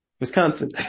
Wisconsin